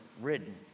ridden